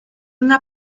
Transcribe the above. una